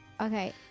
Okay